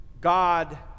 God